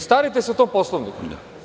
Starajte se o tom Poslovniku.